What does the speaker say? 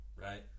Right